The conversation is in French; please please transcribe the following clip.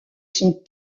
sont